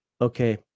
okay